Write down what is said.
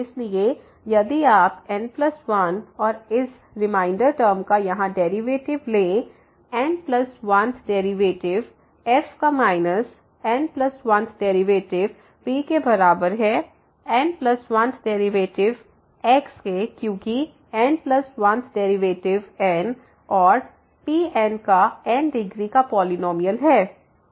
इसलिए यदि आप n 1 और इस रिमाइंडर टर्म का यहाँ डेरिवेटिव ले n 1th डेरिवेटिव f का minus n 1th derivative p का बराबर है n 1th डेरिवेटिव x का क्योंकि n 1th डेरिवेटिव n और Pnका n डिग्री का पॉलिनॉमियल है